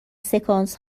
سکانس